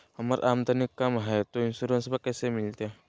हमर आमदनी कम हय, तो इंसोरेंसबा कैसे मिलते?